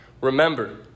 Remember